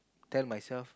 tell myself